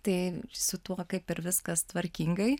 tai su tuo kaip ir viskas tvarkingai